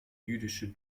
jüdische